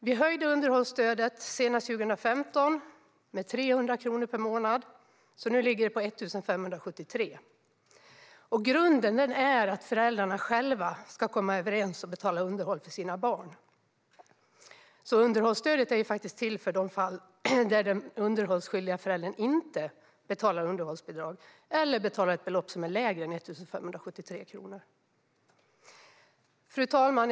Vi höjde underhållsstödet senast 2015 med 300 kronor per månad så att det nu ligger på 1 573 kronor per månad. Grunden är att föräldrarna själva ska komma överens om att betala underhåll för sina barn. Underhållsstödet är till för de fall där den underhållsskyldige föräldern inte betalar underhållsbidrag eller betalar ett belopp som är lägre än 1 573 kronor. Fru talman!